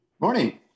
Morning